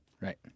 Right